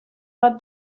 bat